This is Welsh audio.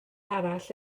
arall